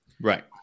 right